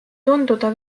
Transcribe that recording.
tunduda